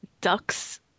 Ducks